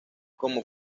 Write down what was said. como